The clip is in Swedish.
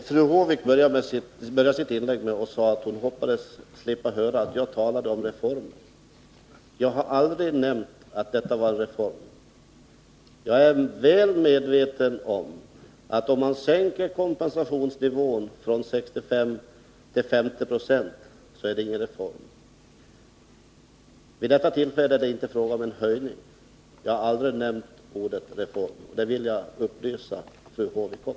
Herr talman! Fru Håvik började sitt inlägg med att säga att hon hoppades slippa höra mig tala om reformer. Jag har aldrig sagt att detta var en reform. Jag är väl medveten om att om man sänker kompensationsnivån från 65 till 50 20 är det ingen reform. Vid detta tillfälle är det inte fråga om någon höjning, och jag har aldrig nämnt ordet reform. Det vill jag upplysa fru Håvik om.